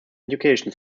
education